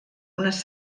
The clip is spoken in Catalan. unes